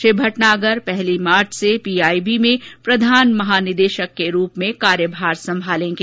श्री भटनागर पहली मार्च से पीआईबी में प्रधान महानिदेशक के रूप में कार्यभार संभालेंगे